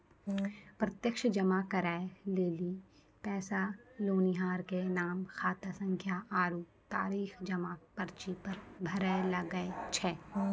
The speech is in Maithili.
प्रत्यक्ष जमा करै लेली पैसा लेनिहार के नाम, खातासंख्या आरु तारीख जमा पर्ची पर भरै लागै छै